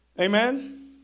Amen